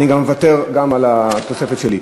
אתה אומר: לא מדובשך ולא מעוקצך, נגמרה השאילתה.